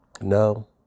No